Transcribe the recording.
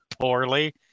poorly